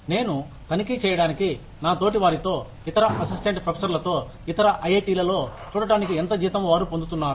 నేను తనిఖీ చేయడానికి నా తోటివారితో ఇతర అసిస్టెంట్ ప్రొఫెసర్లతో ఇతర ఐఐటీలలో చూడటానికి ఎంత జీతం వారు పొందుతున్నారు